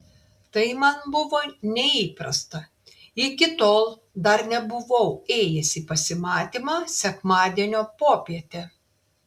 tai man buvo neįprasta iki tol dar nebuvau ėjęs į pasimatymą sekmadienio popietę